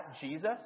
Jesus